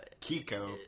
Kiko